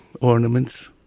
ornaments